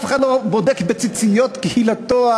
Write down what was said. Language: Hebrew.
אף אחד לא בודק בציציות קהילתו,